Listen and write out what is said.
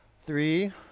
Three